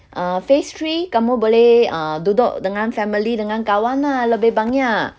uh phase three kamu boleh uh duduk dengan family dengan kawan lah lebih banyak